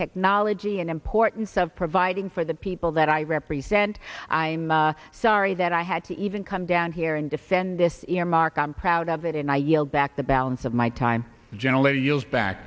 technology and importance of providing for the people that i represent i am sorry that i had to even come down here and defend this earmark i'm proud of it and i yield back the balance of my time generally yields back